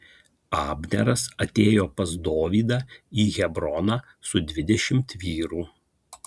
abneras atėjo pas dovydą į hebroną su dvidešimt vyrų